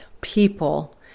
people